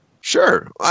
Sure